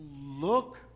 look